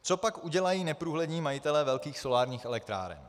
Co pak udělají neprůhlední majitelé velkých solárních elektráren?